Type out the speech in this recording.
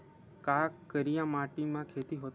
का करिया माटी म खेती होथे?